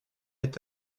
est